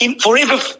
forever